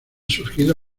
surgido